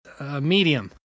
Medium